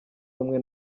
rumwe